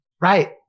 Right